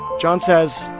john says,